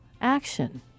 Action